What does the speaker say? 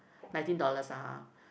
nineteen dollars ah